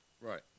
Right